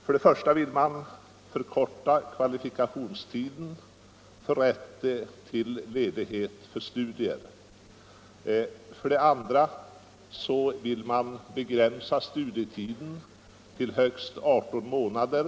För det första vill man förkorta kvalifikationstiden för rätt till ledighet för studier. För det andra vill man begränsa studietiden till högst 18 månader.